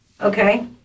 Okay